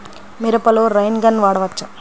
మిరపలో rain gun వాడవచ్చా?